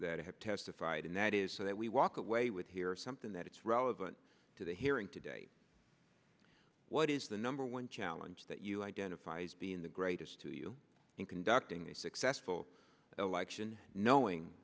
that have testified and that is so that we walk away with here something that is relevant to the hearing today what is the number one challenge that you identify as being the greatest to you in conducting a successful election knowing